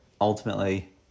ultimately